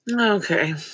Okay